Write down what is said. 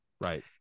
right